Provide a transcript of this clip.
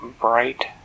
bright